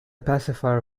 pacifier